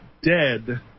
dead